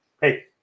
hey